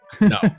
No